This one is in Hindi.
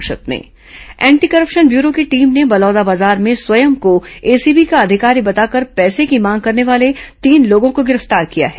संक्षिप्त समाचार एंटी करप्शन ब्यूरो की टीम ने बलौदाबाजार में स्वयं को एसीबी का अधिकारी बताकर पैसे की मांग करने वाले तीन लोगों को गिरफ्तार किया है